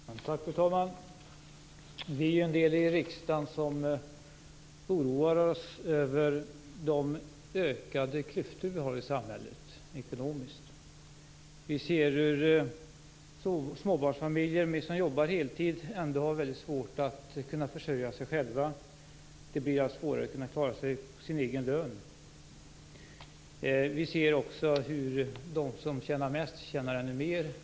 Fru talman! Vi är en del i riksdagen som oroar oss över de ökade ekonomiska klyftor vi har i samhället. Vi ser hur småbarnsfamiljer som jobbar heltid har mycket svårt att kunna försörja sig själva. Det blir allt svårare att kunna klara sig på sin egen lön. Vi ser också hur de som tjänar mest tjänar ännu mer.